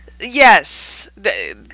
Yes